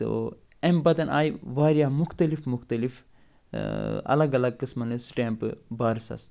تو اَمہِ پتہٕ آے وارِیاہ مختلف مختلف الگ الگ قٕسمن ہِنٛز سِٹٮ۪مپہٕ بارسس